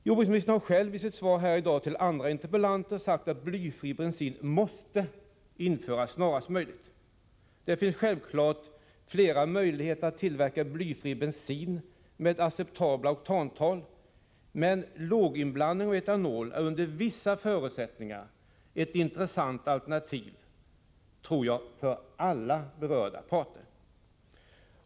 Jordbruksministern har själv i sitt svar här i dag till andra interpellanter sagt att blyfri bensin måste införas snarast möjligt. Det finns självfallet flera möjligheter att tillverka blyfri bensin med acceptabla oktantal, men låginblandning av etanol är under vissa förutsättningar ett intressant alternativ för —- tror jag — alla berörda parter.